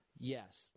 Yes